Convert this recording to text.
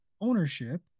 ownership